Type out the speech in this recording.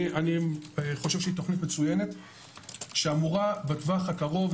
אני חושב שהיא תכנית מצוינת שאמורה בטווח הקרוב,